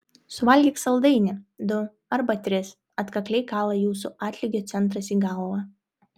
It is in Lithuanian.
suvalgyk saldainį du arba tris atkakliai kala jūsų atlygio centras į galvą